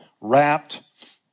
wrapped